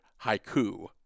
haiku